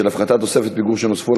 הצעת חוק הפחתת תוספות פיגור שנוספו על